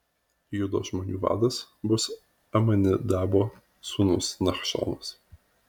judo žmonių vadas bus aminadabo sūnus nachšonas